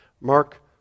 Mark